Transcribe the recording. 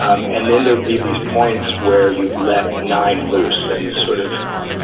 um and then there'd be these points where you let nine loose and sort of